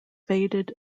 faded